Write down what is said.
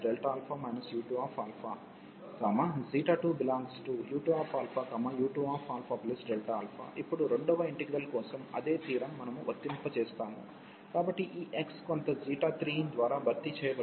u2u2αfxαdxf2αΔαu2αΔα u2 ξ2u2u2αΔα ఇప్పుడు రెండవ integral కోసం అదే థియోరమ్ మనము వర్తింపజేస్తాము కాబట్టి ఈ x కొంత 3 ద్వారా భర్తీ చేయబడుతుంది